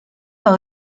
par